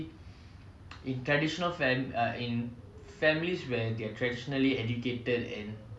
in traditional fam~ in families where they're traditionally educated and